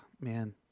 man